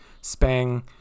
Spang